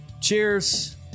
Cheers